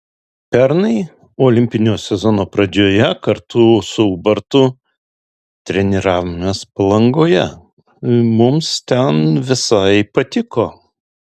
pernai olimpinio sezono pradžioje kartu su ubartu treniravomės palangoje mums ten visai patiko